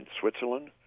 Switzerland